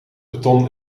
beton